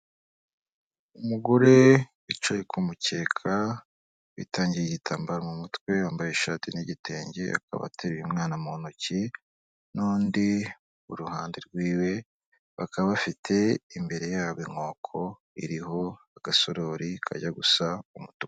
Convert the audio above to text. Umugore wicaye ku mukeka, witandiye igitambaro mu mutwe, wambaye ishati n'igitenge, akaba ateruye umwana mu ntoki, n'undi iruhande rwiwe, bakaba bafite imbere yabo inkoko iriho agasorori kajya gusa umutuku.